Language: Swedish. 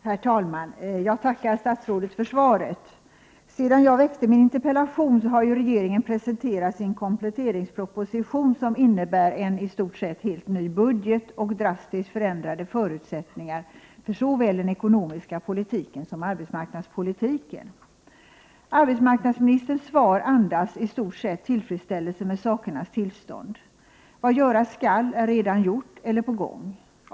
Herr talman! Jag tackar statsrådet för svaret. Sedan jag väckte min interpellation, har regeringen presenterat sin kompletteringsproposition, som innebär en i stort sett helt ny budget och drastiskt förändrade förutsättningar för såväl den ekonomiska politiken som arbetsmarknadspolitiken. Arbetsmarknadsministerns svar andas i stort sett tillfredsställelse med sakernas tillstånd. Vad göras skall är redan gjort eller på gång.